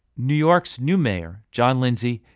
new york's new mayor, john lindsay,